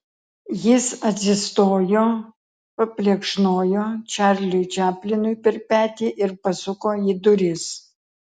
jis atsistojo paplekšnojo čarliui čaplinui per petį ir pasuko į duris